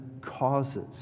causes